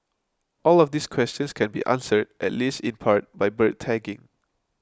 all of these questions can be answered at least in part by bird tagging